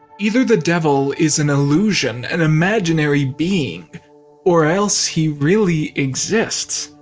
either the devil is an illusion, an imaginary being or else he really exists,